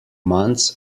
months